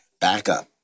backup